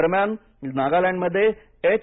दरम्यान नागालँडमध्ये एच